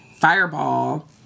fireball